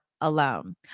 alone